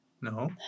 No